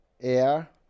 air